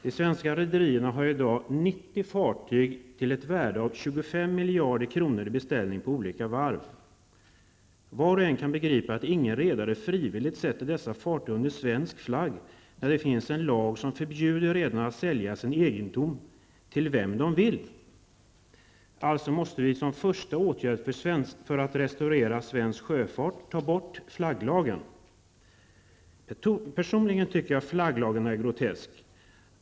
De svenska rederierna har i dag 90 fartyg till ett värde av 25 miljarder kronor i beställning på olika varv. Var och en kan begripa att inga redare frivilligt sätter dessa fartyg under svensk flagg när det finns en lag som förbjuder redarna att sälja sin egendom till vem de vill. Alltså måste vi som första åtgärd för att restaurera svensk sjöfart ta bort flagglagen. Personligen tycker jag att flagglagen är grotesk.